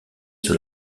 sur